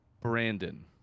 Brandon